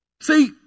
See